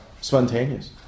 spontaneous